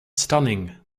stunning